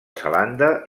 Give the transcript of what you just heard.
zelanda